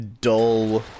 dull